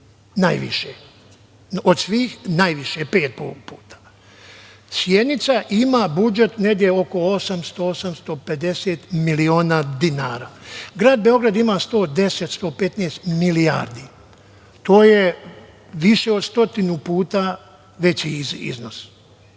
najviše, najviše od svih. Sjenica ima budžet negde oko 800, 850 miliona dinara. Grad Beograd ima 110, 115 milijardi. To je više od stotinu puta veći iznos.